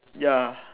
ya